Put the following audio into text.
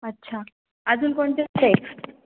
अच्छा अजून कोणते